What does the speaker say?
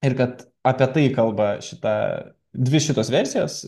ir kad apie tai kalba šita dvi šitos versijos